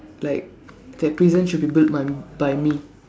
like that prison should be built by by me